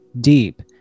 deep